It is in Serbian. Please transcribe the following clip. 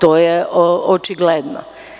To je očigledno.